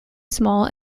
small